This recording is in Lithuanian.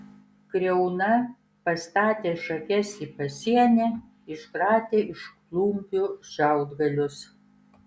kriauna pastatė šakes į pasienį iškratė iš klumpių šiaudgalius